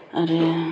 आरो